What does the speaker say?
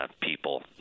people